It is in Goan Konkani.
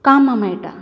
कामां मेळटात